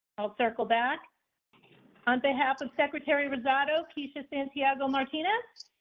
i'll circle back on behalf of secretary roberto kisha, santiago martinez.